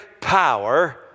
power